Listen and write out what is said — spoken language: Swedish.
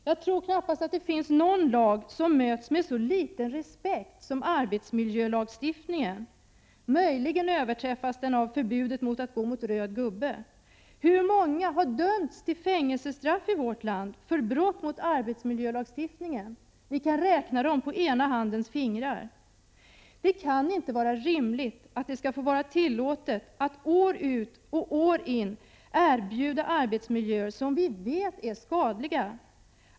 Jag tror att det knappast finns någon lagstiftning som möts med så liten respekt som arbetsmiljölagstiftningen. Möjligen överträffas den av bestämmelsen att inte gå mot röd gubbe. Hur många har dömts till fängelsestraff i vårt land för brott mot arbetsmiljölagstiftningen? Vi kan räkna dem på den ena handens fingrar. Det kan inte vara rimligt att det skall vara tillåtet att år ut och år in erbjuda arbetsmiljöer som vi vet är skadliga.